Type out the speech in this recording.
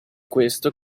questo